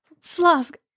Flask